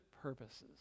purposes